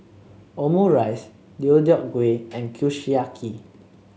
Omurice Deodeok Gui and Kushiyaki